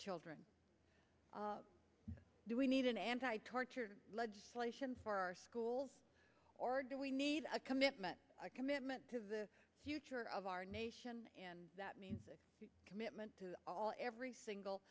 children do we need an anti tortured legislation for our schools or do we need a commitment a commitment to the future of our nation and that means a commitment to all every single